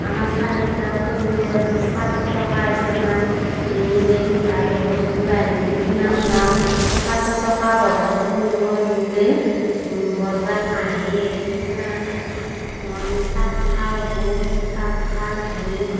আমাৰ চাৰিটা পৰিয়াল পাচঁশ টকাই দি আমাৰ নিমিলে আৰু বস্তু বাহিনীৰ ইমান দাম পাচঁশ টকা বজাৰ কৰিব নিলে বজাৰ নাহেয়ে সেই কাৰণে মই তাঁত শাল বওঁ সেই তাঁত শাল বৈ